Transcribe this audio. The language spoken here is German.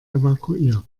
evakuiert